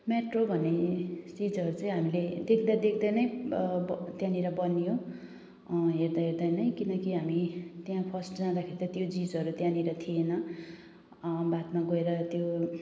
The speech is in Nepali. मेट्रो भन्ने चिजहरू चाहिँ हामीले देख्दादेख्दै नै ब त्यहाँनिर बनियो हेर्दाहेर्दै नै किनकि हामी त्यहाँ फर्स्ट जाँदाखेरि जुन चिजहरू त्यहाँनिर थिएन बादमा गएर त्यो